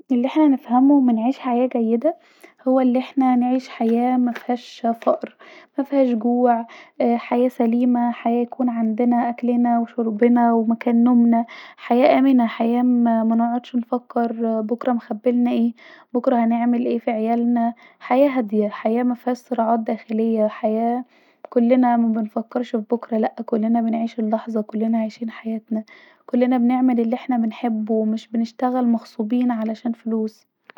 الي احنا نفهمه من عيش حياه جيده هو الي احنا نعيش حياه مفيهاش فقر مفيهاش جوع ااا حياه سليمه حياه يكون عندنا اكلنا وشربنا ومكان نومنا حياه أمنه حياه منقعدش نفكر بكره مخبيلنا ايه بكره هنعمل ايه في عيالنا حياه هاديه حياه مفيهاش صراعات داخليه حياه كلنا مابنفكرش في بكره لا كلنا بنعيش اللحظه كلنا بنعيش حياتنا كلنا بنعمل الي احنا بنحبه ومش بنشنغل مغصوبين عشان الفلوس